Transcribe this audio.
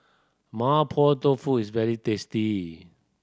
Mapo Tofu is very tasty